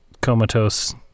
comatose